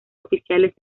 oficiales